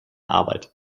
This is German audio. arbeit